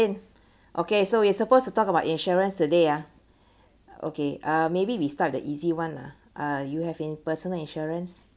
okay so we're supposed to talk about insurance today ah okay uh maybe we start the easy one lah uh you have in~ personal insurance